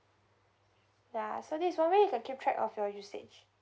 ya so this is one way you can keep track of your usage